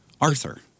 Arthur